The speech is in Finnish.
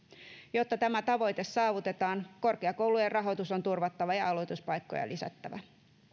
jotta tämä tavoite saavutetaan korkeakoulujen rahoitus on turvattava ja aloituspaikkoja lisättävä